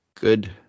Good